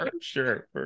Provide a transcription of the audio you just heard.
sure